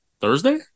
Thursday